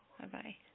Bye-bye